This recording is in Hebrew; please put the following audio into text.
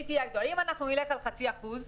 אם נלך על חצי אחוז,